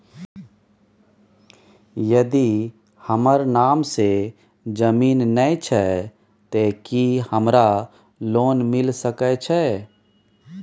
यदि हमर नाम से ज़मीन नय छै ते की हमरा लोन मिल सके छै?